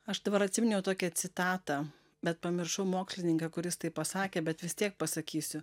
aš dabar atsiminiau tokią citatą bet pamiršau mokslininką kuris taip pasakė bet vis tiek pasakysiu